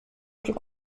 plus